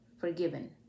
forgiven